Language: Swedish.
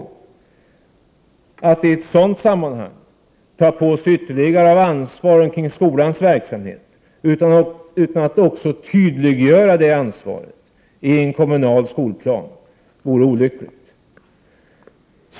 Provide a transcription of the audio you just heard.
Det vore olyckligt om kommunerna i ett sådant sammanhang tog på sig ytterligare ansvar för skolans verksamhet utan att ansvaret tydliggjordes i en kommunal skolplan.